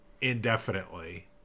indefinitely